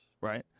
Right